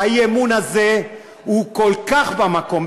האי-אמון הזה הוא כל כך במקום.